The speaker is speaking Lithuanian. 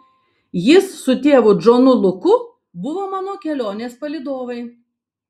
jis su tėvu džonu luku buvo mano kelionės palydovai